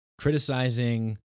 Criticizing